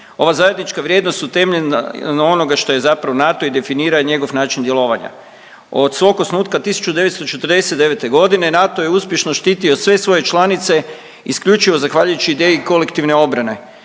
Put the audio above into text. Ova zajednička vrijednost utemeljena na onoga što je zapravo NATO i definira njegov način djelovanja. Od svog osnutka 1949. godine NATO je uspješno štitio sve svoje članice isključivo zahvaljujući ideji kolektivne obrane.